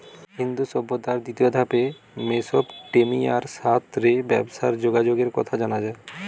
সিন্ধু সভ্যতার দ্বিতীয় ধাপে মেসোপটেমিয়ার সাথ রে ব্যবসার যোগাযোগের কথা জানা যায়